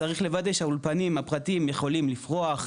צריך לוודא שהאולפנים הפרטיים יכולים לפרוח,